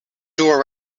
door